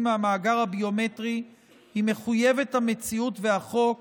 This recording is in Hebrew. מהמאגר הביומטרי היא מחויבת המציאות והחוק,